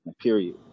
period